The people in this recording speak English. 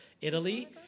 Italy